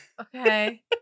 Okay